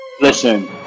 Listen